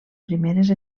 primeres